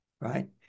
right